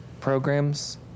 programs